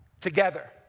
together